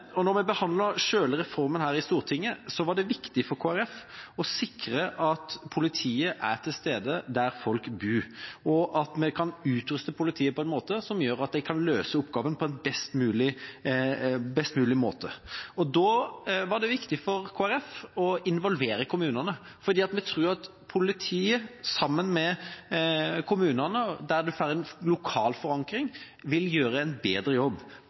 og ha et trygt samfunn. Da vi behandlet selve reformen her i Stortinget, var det viktig for Kristelig Folkeparti å sikre at politiet er til stede der folk bor, og at vi kan utruste politiet på en måte som gjør at de kan løse oppgaven best mulig. Da var det viktig for Kristelig Folkeparti å involvere kommunene, for vi tror at politiet, sammen med kommunene, der man får en lokal forankring, vil gjøre en bedre jobb